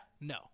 No